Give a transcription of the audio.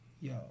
yo